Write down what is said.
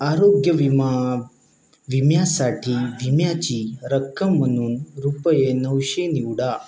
आरोग्य विमा विम्यासाठी विम्याची रक्कम म्हणून रुपये नऊशे निवडा